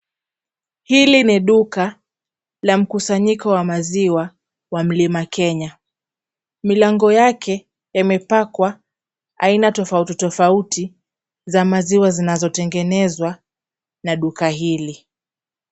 Hili ni duka la mkusanyiko wa maziwa wa Mlima Kenya. Milangoni yake imepakwa aina tofauti tofauti za maziwa zinazotengenezwa na duka hili.